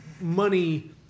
Money